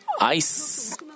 ice